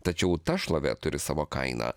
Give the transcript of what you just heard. tačiau ta šlovė turi savo kainą